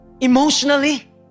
Emotionally